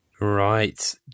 Right